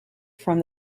from